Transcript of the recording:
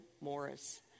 Morris